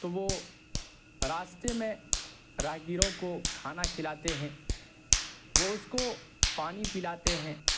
تو وہ راستے میں راہگیروں کو کھانا کھلاتے ہیں وہ اس کو پانی پلاتے ہیں